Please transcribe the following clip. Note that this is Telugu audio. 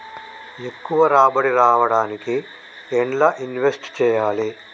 ఎక్కువ రాబడి రావడానికి ఎండ్ల ఇన్వెస్ట్ చేయాలే?